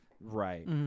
Right